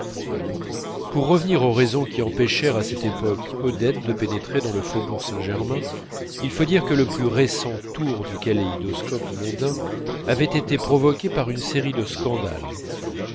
pour revenir aux raisons qui empêchèrent à cette époque odette de pénétrer dans le faubourg saint-germain il faut dire que le plus récent tour du kaléidoscope mondain avait été provoqué par une série de scandales